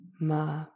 ma